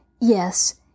Yes